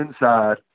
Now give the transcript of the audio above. inside